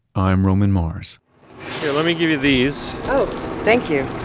i'm roman mars. here let me give you these oh thank you.